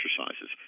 exercises